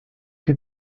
que